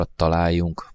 találjunk